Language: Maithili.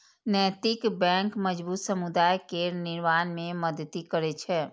नैतिक बैंक मजबूत समुदाय केर निर्माण मे मदति करै छै